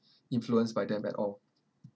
influenced by them at all